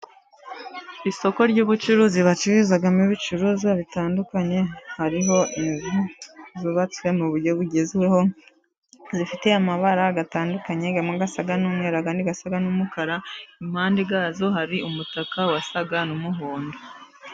Isoko ry'ubucuruzi bacururizagamo ibicuruzwa bitandukanye, hariho inzu zubatswe mu buryo bugezweho zifite amabara, atandukanye amwe asa n'umweru andi, asa n'umukara. Impande yazo hari umutaka usa n'umuhondo.